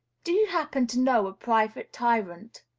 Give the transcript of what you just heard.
do you happen to know a private tyrant?